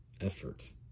effort